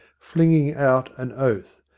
flinging out an oath,